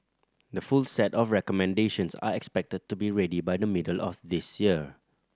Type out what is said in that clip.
the full set of recommendations are expected to be ready by the middle of this year